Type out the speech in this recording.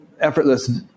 effortless